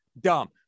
dumb